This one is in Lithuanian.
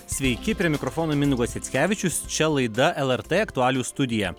sveiki prie mikrofono mindaugas mickevičius čia laida lrt aktualijų studija